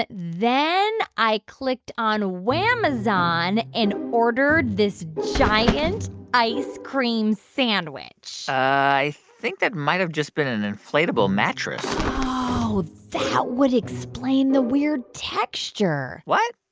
then i clicked on wamazon and ordered this giant ice cream sandwich i think that might have just been an inflatable mattress oh, that would explain the weird texture what?